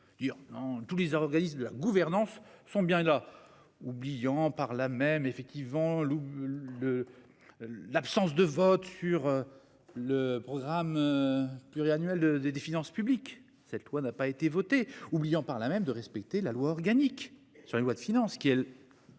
tous les organismes de la gouvernance sont bien là. Oubliant par là même effective en. Le. L'absence de vote sur le programme. Pluriannuel des des finances publiques. Cette loi n'a pas été voter oubliant par là même de respecter la loi organique sur les lois de finances qui elle.